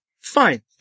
Fine